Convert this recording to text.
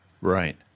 Right